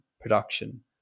production